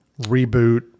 reboot